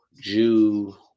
Jew